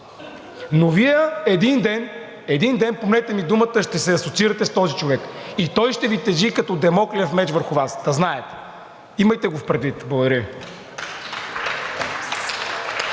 но Вие един ден, помнете ми думата, ще се асоциирате с този човек и той ще тежи като дамоклев меч върху Вас. Да знаете. Имайте го предвид. Благодаря